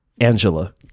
Angela